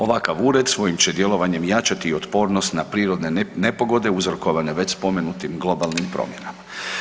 Ovakav ured svojim će djelovanjem jačati otpornost na prirodne nepogode uzrokovane već spomenutim globalnim promjenama.